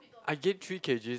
I gain three K_Gs